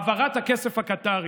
העברת הכסף הקטארי.